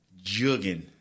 jugging